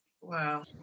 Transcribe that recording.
wow